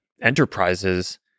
Enterprises